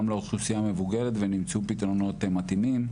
גם לאוכלוסייה המבוגרת ונמצאו פתרונות מתאימים.